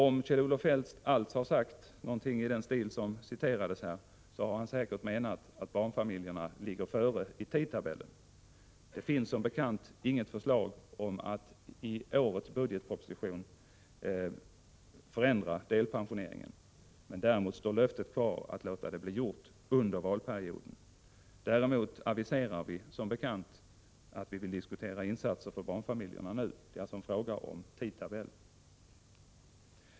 Om Kjell-Olof Feldt alls har sagt någonting i stil med vad som här citerades har han säkert menat att barnfamiljerna ligger före i tidtabellen — det finns som bekant inget förslag i årets budgetproposition om att förändra delpensioneringen. Men löftet om att det skall ske under valperioden står kvar. Däremot aviserar vi som bekant att vi vill diskutera insatser för barnfamiljerna nu. Det är alltså en fråga om tidtabellen.